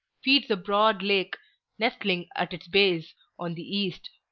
feeds a broad lake nestling at its base on the east.